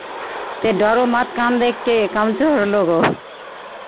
से डरो मत काम देखि कऽ कामचोर लोगोँ